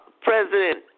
President